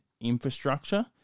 infrastructure